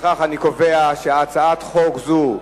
לפיכך אני קובע שהצעת חוק זו,